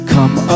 Come